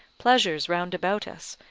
pleasures round about us,